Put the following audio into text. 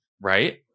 right